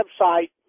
website